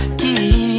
key